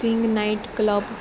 sing night club